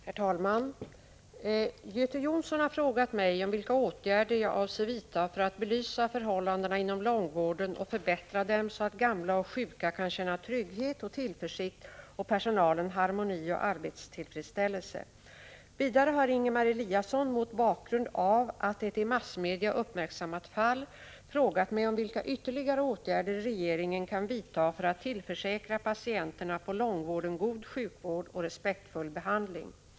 Herr talman! Göte Jonsson har frågat mig om vilka åtgärder jag avser vidta för att belysa förhållandena inom långvården och förbättra dem, så att gamla och sjuka kan känna trygghet och tillförsikt och personalen harmoni och arbetstillfredsställelse. Vidare har Ingemar Eliasson mot bakgrund av ett i massmedia uppmärksammat fall frågat mig om vilka ytterligare åtgärder regeringen kan vidta för att tillförsäkra patienterna på långvården god sjukvård och respektfull behandling.